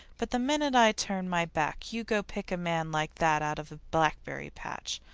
but the minute i turn my back, you go pick a man like that, out of the blackberry patch.